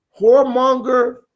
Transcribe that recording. whoremonger